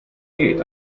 geht